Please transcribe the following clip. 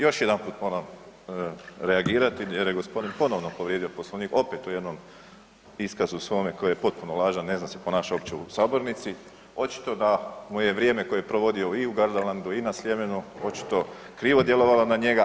Još jedanput moram reagirati jer je gospodin ponovno povrijedio Poslovnik opet u jednom iskazu svome koji je potpuno lažan, ne zna se ponašat uopće u sabornici, očito da mu je vrijeme koje je provodio i u Gardelandu i na Sljemenu očito krivo djelovalo na njega.